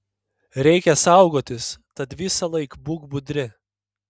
reikia saugotis tad visąlaik būk budri